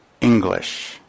English